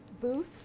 booth